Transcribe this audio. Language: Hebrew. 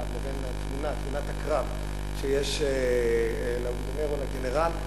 לבין תמונת הקרב שיש לאוגדונר או לגנרל.